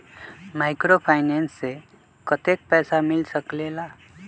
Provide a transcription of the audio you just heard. Microfinance से कतेक पैसा मिल सकले ला?